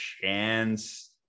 chance